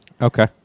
Okay